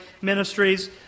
Ministries